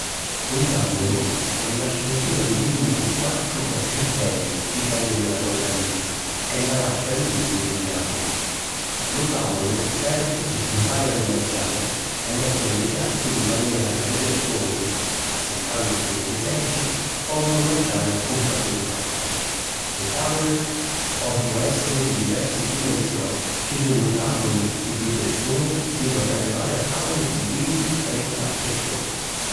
Un tàvulu è na struttura di lignu cu quattru o chiù pedi - dipenni di la so grannizza - e na lastra di lignu di ncapu. Lu tàvulu servi pi pusari lu manciari e mèttiri li piatti di manera ca li pirsuni, assittànnusi nni li seggi, ponnu manciari cu facilità. Li tàvuli ponnu èssiri di diversi dimensioni. Ci sunnu tàvuli pi dui pirsuni nsinu ad arrivari a tàvuli pi vinti - trenta pirsuni.